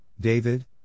David